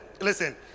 listen